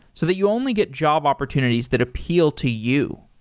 so that you only get job opportunities that appeal to you.